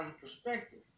perspective